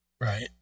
Right